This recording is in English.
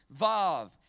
Vav